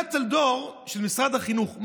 מלגת טלדור של משרד החינוך,